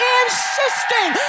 insisting